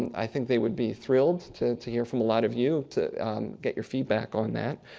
i think they would be thrilled to to hear from a lot of you to get your feedback on that.